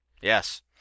Yes